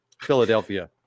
Philadelphia